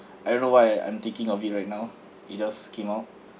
I don't know why I'm thinking of it right now it just came out